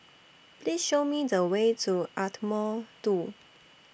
Please Show Me The Way to Ardmore two